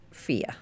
fear